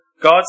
God